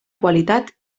qualitat